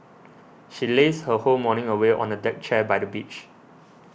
she lazed her whole morning away on a deck chair by the beach